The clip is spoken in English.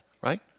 right